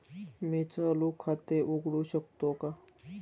मी चालू खाते उघडू शकतो का?